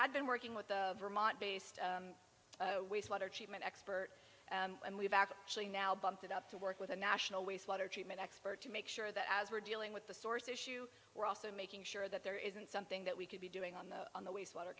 had been working with the vermont based wastewater treatment expert and we've actually now bumped it up to work with a national wastewater treatment expert to make sure that as we're dealing with the source issue we're also making sure that there isn't something that we could be doing on the on the wastewater